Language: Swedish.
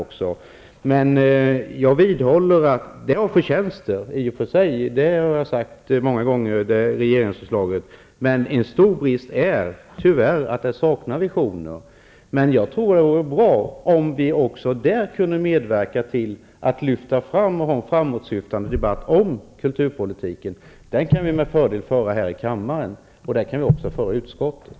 Jag har många gånger sagt att regeringsförslaget i och för sig har förtjänster, men jag vidhåller att det är en stor brist att det saknar visioner. Det vore bra om vi också där kunde medverka till en framåtsyftande debatt om kulturpolitiken. En sådan debatt kan vi mycket väl föra här i kammaren och i utskottet.